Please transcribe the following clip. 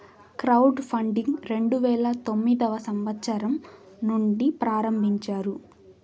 crowd funding రెండు వేల తొమ్మిదవ సంవచ్చరం నుండి ఆరంభించారు